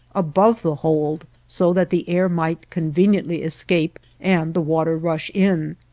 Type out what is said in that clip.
above the hold, so that the air might conveniently escape and the water rush in.